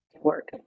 work